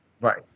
Right